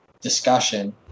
discussion